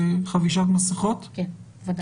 כן, ודאי.